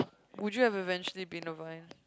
would you have eventually be a vine